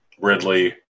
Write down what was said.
Ridley